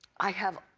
i have